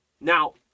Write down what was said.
now